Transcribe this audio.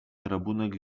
rabunek